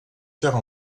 faire